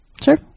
Sure